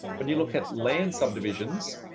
when you look at land subdivisions.